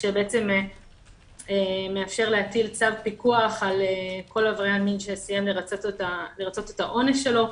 שמאפשר להטיל צו פיקוח על כל עבריין מין שסיים לרצות את העונש שלו.